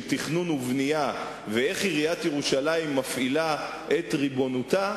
תכנון ובנייה ואיך עיריית ירושלים מפעילה את ריבונותה,